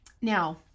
Now